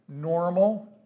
normal